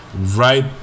Right